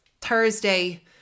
Thursday